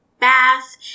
Bath